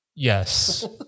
Yes